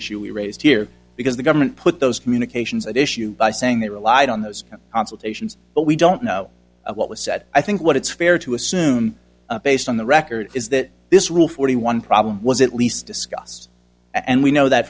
issue we raised here because the government put those communications at issue by saying they relied on those consultations but we don't know what was said i think what it's fair to assume based on the record is that this rule forty one problem was at least discussed and we know that